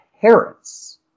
parents